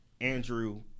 Andrew